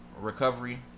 recovery